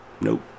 nope